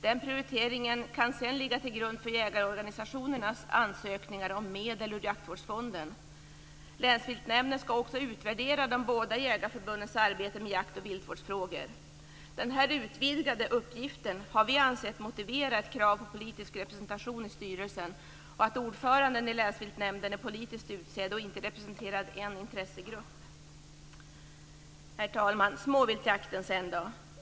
Den prioriteringen kan sedan ligga till grund för jägarorganisationernas ansökningar om medel ur jaktvårdsfonden. Länsviltnämnden ska också utvärdera de båda jägarförbundens arbete med jakt och viltvårdsfrågor. Den här utvidgade uppgiften har vi ansett motiverar ett krav på politisk representation i styrelsen och att ordföranden i länsviltnämnden är politiskt utsedd och inte representerar en intressegrupp. Herr talman! Sedan har vi då småviltsjakten.